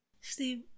Steve